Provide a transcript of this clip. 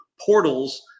portals